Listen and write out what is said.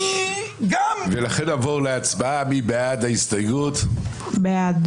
גם --- נצביע על הסתייגות 203. מי בעד?